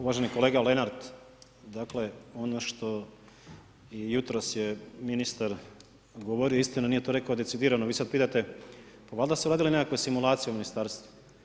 Uvaženi kolega Lenart, dakle, ono što je jutros je ministar govorio, istina nije to govorio decidirano, vi sad pitate, pa valjda su radile nekakve simulacije u ministarstvo?